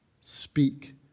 speak